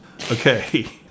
Okay